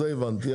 את זה הבנתי,